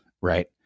right